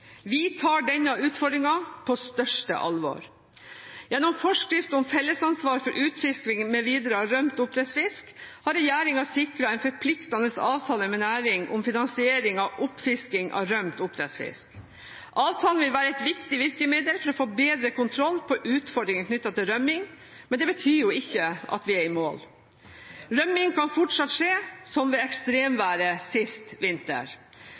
Vi tar denne utfordringen på største alvor. Gjennom «Forskrift om fellesansvar for utfisking mv. av rømt oppdrettsfisk» har regjeringen sikret en forpliktende avtale med næringen om finansiering av oppfisking av rømt oppdrettsfisk. Avtalen vil være et viktig virkemiddel for å få bedre kontroll på utfordringene knyttet til rømning, men det betyr ikke at vi er i mål. Rømning kan fortsatt skje – som ved ekstremværet sist vinter.